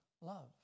love